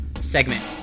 segment